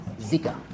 Zika